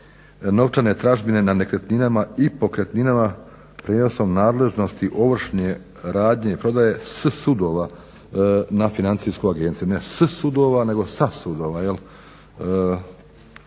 novčane tražbine nad nekretninama i pokretninama prijenosom nadležnosti ovršne radnje i prodaje s sudova na Financijsku agenciju. Ne s sudova nego sa sudova jel',